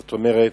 זאת אומרת,